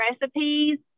recipes